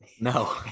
No